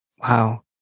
Wow